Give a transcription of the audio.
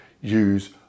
use